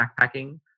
backpacking